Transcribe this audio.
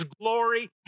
glory